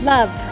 Love